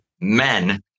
Men